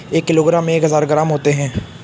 एक किलोग्राम में एक हज़ार ग्राम होते हैं